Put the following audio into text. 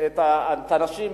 על האנשים,